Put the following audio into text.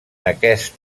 aquest